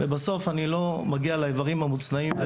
בסוף אני לא מגיע לאיברים המוצנעים.